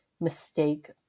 mistake